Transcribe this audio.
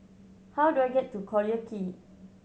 how do I get to Collyer Quay